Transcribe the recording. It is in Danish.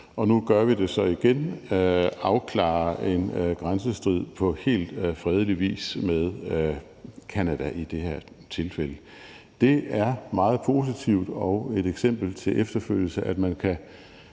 og nu gør vi det så igen, altså afklarer en grænsestrid på helt fredelig vis med Canada i det her tilfælde. Det er meget positivt og et eksempel til efterfølgelse, at man kan